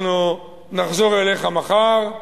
אנחנו נחזור אליך מחר.